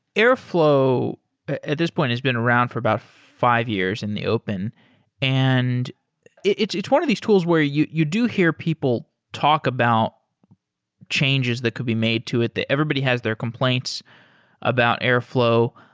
airflow at this point has been around for about five years in the open and it's it's one of these tools where you you do hear people talk about changes that could be made to it. everybody has their complaints about airflow,